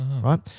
right